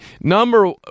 Number